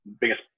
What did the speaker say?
biggest